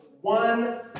one